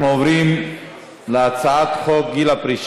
בעד,